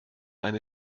eine